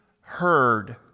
heard